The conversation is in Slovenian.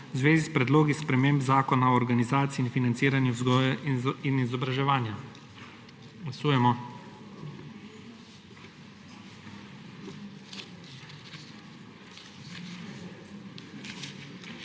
v zvezi s predlogi sprememb Zakona o organizaciji in financiranju vzgoje in izobraževanja. Glasujemo.